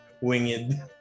Winged